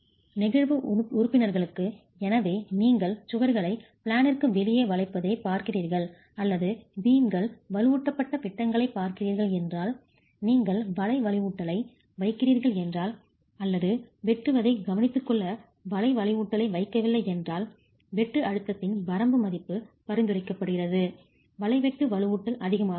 நெகிழ்வு உறுப்பினர்களுக்கு எனவே நீங்கள் சுவர்களை பிளேனிற்கு வெளியே வளைப்பதைப் பார்க்கிறீர்கள் அல்லது பீம்கள் வலுவூட்டப்பட்ட விட்டங்களைப் பார்க்கிறீர்கள் என்றால் நீங்கள் வலை வலுவூட்டலை வைக்கிறீர்கள் என்றால் அல்லது வெட்டுவதைக் கவனித்துக்கொள்ள வலை வலுவூட்டலை வைக்கவில்லை என்றால் வெட்டு அழுத்தத்தின் வரம்பு மதிப்பு பரிந்துரைக்கப்படுகிறது வலை வெட்டு வலுவூட்டல் அதிகமாக இருக்கும்